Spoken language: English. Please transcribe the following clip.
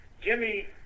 Jimmy